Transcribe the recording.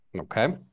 okay